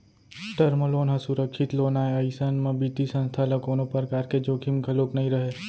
term loan ह सुरक्छित loan आय अइसन म बित्तीय संस्था ल कोनो परकार के जोखिम घलोक नइ रहय